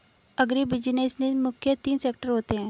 agribusiness में मुख्य तीन सेक्टर होते है